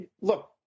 look